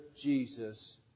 Jesus